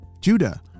Judah